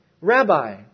Rabbi